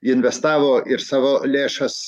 investavo ir savo lėšas